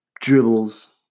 Dribbles